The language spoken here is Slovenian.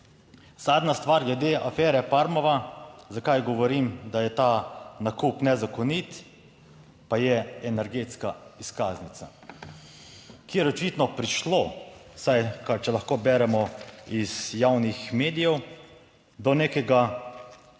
Zadnja stvar glede afere Parmova, zakaj govorim, da je ta nakup nezakonit, pa je energetska izkaznica. Kjer je očitno prišlo, vsaj če lahko beremo iz javnih medijev, do nekega